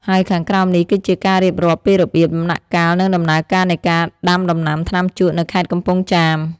ហើយខាងក្រោមនេះគឺជាការរៀបរាប់ពីរបៀប ដំណាក់កាល និងដំណើរការនៃការដាំដំណាំថ្នាំជក់នៅខេត្តកំពង់ចាម។